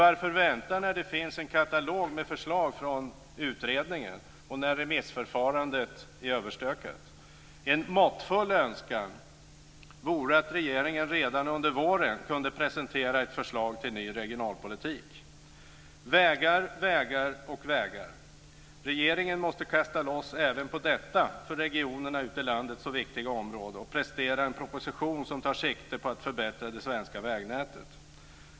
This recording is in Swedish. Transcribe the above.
Varför vänta när det finns en katalog med förslag från utredningen, och när remissförfarandet är överstökat? En måttfull önskan vore att regeringen redan under våren kunde presentera ett förslag till ny regionalpolitik. Vägar, vägar och vägar. Regeringen måste kasta loss även på detta för regionerna ute i landet så viktiga område och prestera en proposition som tar sikte på att förbättra det svenska vägnätet.